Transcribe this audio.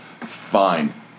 fine